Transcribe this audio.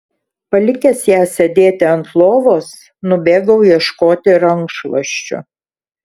palikęs ją sėdėti ant lovos nubėgau ieškoti rankšluosčių